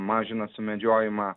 mažina sumedžiojimą